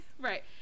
right